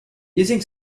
using